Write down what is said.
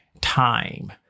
time